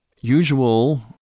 usual